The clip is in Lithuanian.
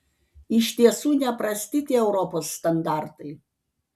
iš tiesų neprasti tie europos standartai